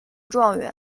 状元